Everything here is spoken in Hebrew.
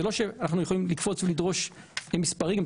זה לא שאנחנו יכולים לקפוץ ולדרוש מספרים אלא